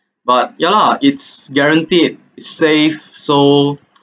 but ya lah it's guaranteed safe so